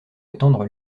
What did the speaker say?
étendre